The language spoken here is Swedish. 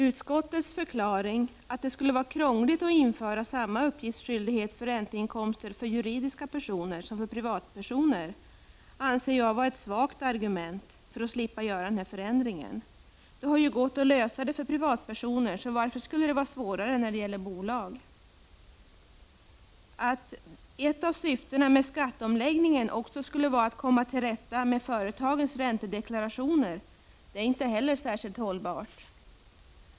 Utskottets förklaring att det skulle vara krångligt att införa samma uppgiftsskyldighet för ränteinkomster för juridiska personer som för privatpersoner anser jag vara ett svagt argument för att slippa göra denna förändring. Det har ju gått att lösa det för privatpersoner så varför skulle det vara svårare när det gäller bolagen? Att det har varit ett av syftena med skatteomläggningen att också komma till rätta med företagens räntedeklarationer är inte heller särskilt hållbart.